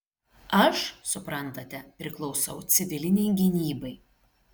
aš suprantate priklausau civilinei gynybai